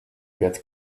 get